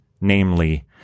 namely